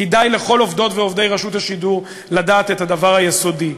כדאי לכל עובדות ועובדי רשות השידור לדעת את הדבר היסודי: